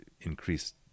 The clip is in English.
increased